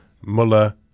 Muller